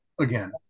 again